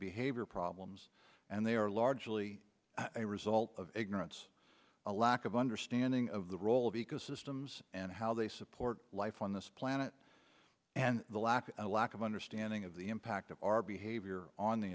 behavior problems and they are largely a result of ignorance a lack of understanding of the role of ecosystems and how they support life on this planet and the lack of a lack of understanding of the impact of our behavior on the